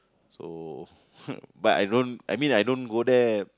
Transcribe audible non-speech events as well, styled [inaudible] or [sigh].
so [laughs] but I don't I mean I don't go there